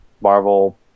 Marvel